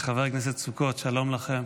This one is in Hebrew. וחבר הכנסת סוכות, שלום לכם.